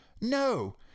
No